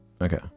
Okay